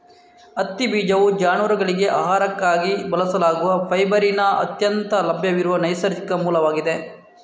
ಹತ್ತಿ ಬೀಜವು ಜಾನುವಾರುಗಳಿಗೆ ಆಹಾರಕ್ಕಾಗಿ ಬಳಸಲಾಗುವ ಫೈಬರಿನ ಅತ್ಯಂತ ಲಭ್ಯವಿರುವ ನೈಸರ್ಗಿಕ ಮೂಲವಾಗಿದೆ